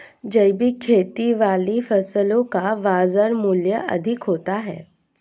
जैविक खेती वाली फसलों का बाजार मूल्य अधिक होता है